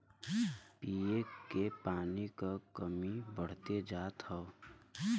पिए के पानी क कमी बढ़्ते जात हौ